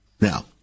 Now